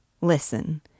listen